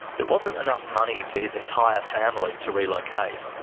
there wasn't enough money for his entire family to relocate,